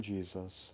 Jesus